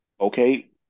okay